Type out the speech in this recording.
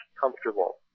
comfortable